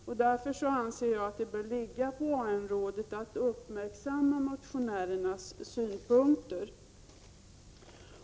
Det är därför jag anser att det bör ligga på AN-rådet att uppmärksamma motionärernas synpunkter.